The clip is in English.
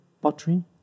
pottery